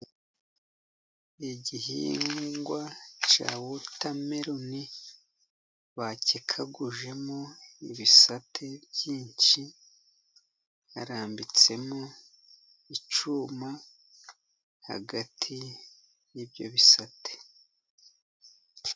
Igihingwa cya wotameroni bakekagujemo ibisate byinshi, barambitsemo icyuma hagati y'ibyo bisate.